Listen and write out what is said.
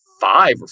five